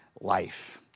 life